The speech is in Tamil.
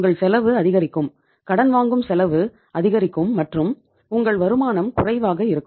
உங்கள் செலவு அதிகரிக்கும் கடன் வாங்கும் செலவு அதிகரிக்கும் மற்றும் உங்கள் வருமானம் குறைவாக இருக்கும்